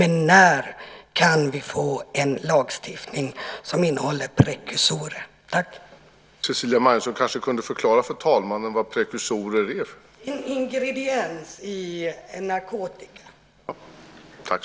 När kan vi få en lagstiftning som innehåller prekursorer? En prekursor är en ingrediens i narkotika.